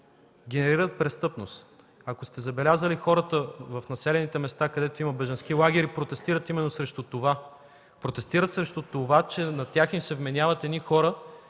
Генерират престъпност. Ако сте забелязали хората в населените места, където има бежански лагери, протестират именно срещу това – протестират срещу това, че на тях им се вменяват едни хора,